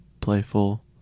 playful